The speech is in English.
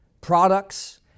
products